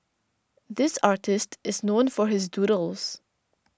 this artist is known for his doodles